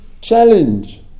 challenge